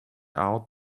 out